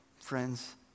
Friends